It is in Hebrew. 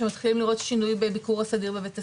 שמתחילים לראות שינוי בביקור הסדיר בבית הספר,